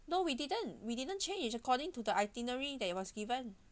no we didn't we didn't change is according to the itinerary that it was given